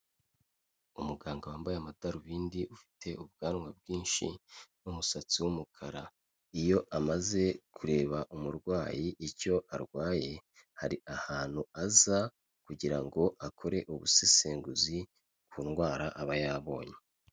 Umuganga wambaye amadarubindi ufite ubwanwa bwinshi n'umusatsi w'umukara, iyo amaze kureba umurwayi icyo arwaye hari ahantu aza kugira ngo akore ubusesenguzi ku ndwara aba yabonye.